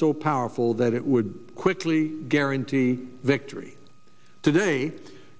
so powerful that it would quickly guarantee victory today